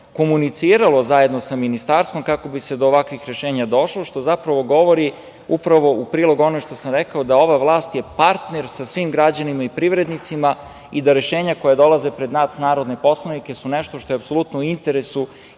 komuniciralo zajedno sa Ministarstvo kako bi se do ovakvih rešenja došlo, što zapravo govori upravo u prilog onome što sam rekao, da je ova vlast partner sa svim građanima i privrednicima i da rešenja koja dolaze pred nas narodne poslanike su nešto što je apsolutno u interesu